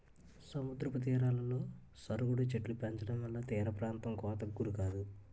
సముద్ర తీరాలలో సరుగుడు చెట్టులు పెంచడంవల్ల తీరప్రాంతం కోతకు గురికాదు